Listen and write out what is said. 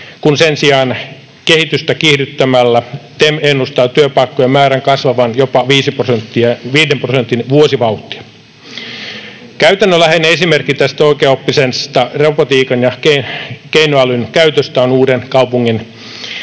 kun sen sijaan kehitystä kiihdyttämällä TEM ennustaa työpaikkojen määrän kasvavan jopa 5 prosentin vuosivauhtia. Käytännönläheinen esimerkki tästä oikeaoppisesta robotiikan ja keinoälyn käytöstä on Uudenkaupungin